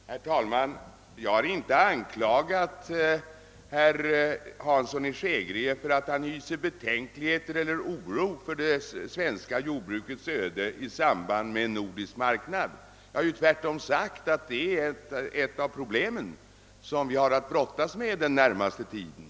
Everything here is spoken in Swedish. Herr talman! Jag har inte anklagat herr Hansson i Skegrie för att han hyser betänkligheter eller oro för det svenska jordbrukets öde i samband med en nordisk marknad. Jag har ju tvärtom sagt att det är ett av de problem som vi har att brottas med den närmaste tiden.